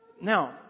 now